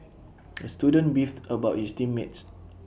the student beefed about his team mates